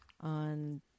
on